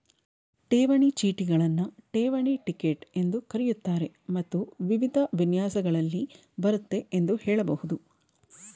ಠೇವಣಿ ಚೀಟಿಗಳನ್ನ ಠೇವಣಿ ಟಿಕೆಟ್ ಎಂದೂ ಕರೆಯುತ್ತಾರೆ ಮತ್ತು ವಿವಿಧ ವಿನ್ಯಾಸಗಳಲ್ಲಿ ಬರುತ್ತೆ ಎಂದು ಹೇಳಬಹುದು